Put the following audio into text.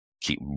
keep